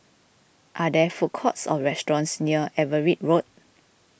are there food courts or restaurants near Everitt Road